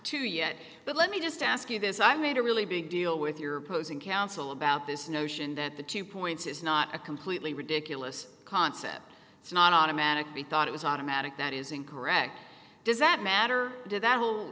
to yet but let me just ask you this i made a really big deal with your opposing counsel about this notion that the two points is not a completely ridiculous concept it's not automatic be thought it was automatic that is incorrect does that matter do that w